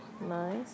nice